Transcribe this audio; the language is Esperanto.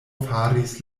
faris